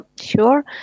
sure